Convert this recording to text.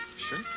Sure